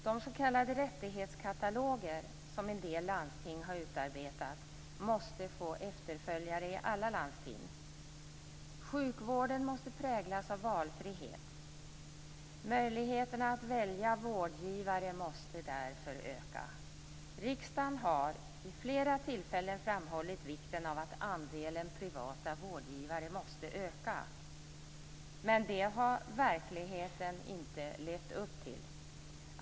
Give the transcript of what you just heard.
De s.k. rättighetskataloger som en del landsting har utarbetat måste få efterföljare i alla landsting. Sjukvården måste präglas av valfrihet. Möjligheterna att välja vårdgivare måste därför öka. Riksdagen har vid flera tillfällen framhållit vikten av att andelen privata vårdgivare ökar. Det har man i verkligheten inte levt upp till.